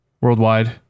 worldwide